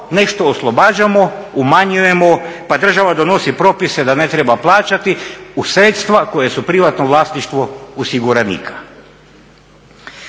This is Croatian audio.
nešto oslobađamo umanjujemo pa država donosi propise da ne treba plaćati u sredstva koja su privatno vlasništvo osiguranika.